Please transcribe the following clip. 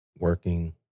working